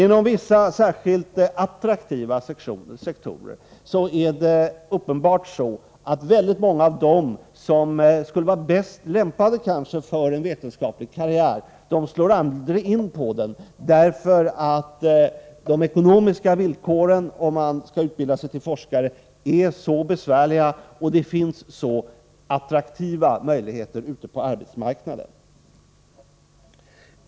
Inom vissa särskilt attraktiva sektorer är det uppenbart så, att väldigt många av dem som skulle vara kanske bäst lämpade för en vetenskaplig karriär aldrig slår in på en sådan, eftersom de ekonomiska villkoren för den som skall utbilda sig till forskare är så besvärliga och eftersom det finns så attraktiva möjligheter ute på arbetsmarknaden.